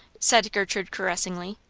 said gertrude caressingly.